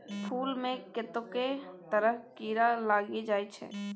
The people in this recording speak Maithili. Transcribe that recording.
फुल मे कतेको तरहक कीरा लागि जाइ छै